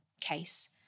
case